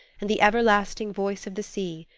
and the everlasting voice of the sea,